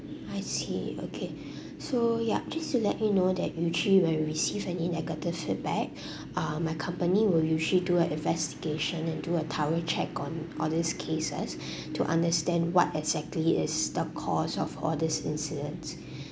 I see okay so yup just to let you know that usually when we receive any negative feedback uh my company will usually do an investigation and do a thorough check on all these cases to understand what exactly is the cause of all these incidence